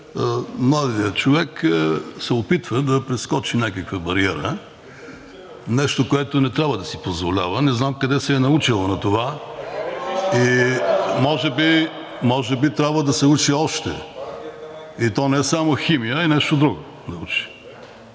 младият човек се опитва да прескочи някаква бариера, нещо, което не трябва да си позволява. Не знам къде се е научил на това и може би трябва да се учи още, и то не само химия, а и нещо друго да учи.